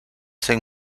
cinq